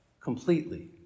completely